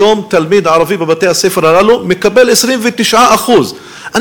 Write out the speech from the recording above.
היום תלמיד ערבי בבתי-הספר הללו מקבל 29%. אני